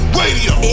radio